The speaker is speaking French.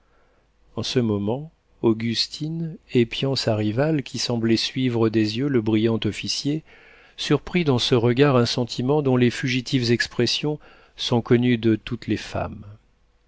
en ce moment augustine épiant sa rivale qui semblait suivre des yeux le brillant officier surprit dans ce regard un sentiment dont les fugitives expressions sont connues de toutes les femmes